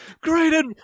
Great